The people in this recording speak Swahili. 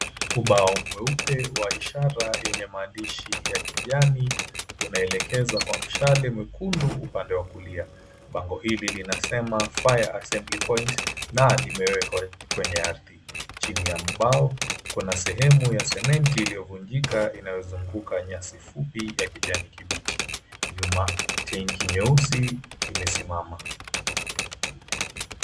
Ubao mweupe wa ishara yenye maandishi ya kijani, unaelekeza kwa mshale mwekundu upande wa kulia. Bango hili linasema, Fire Assembly Point, na limewekwa kwenye ardhi. Chini ya mbao kuna sehemu ya sementi iliyovunjika inayozunguka nyasi fupi ya kijani kibichi. Nyuma tenki nyeusi imesimama.